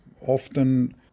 Often